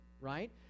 right